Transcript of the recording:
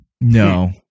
No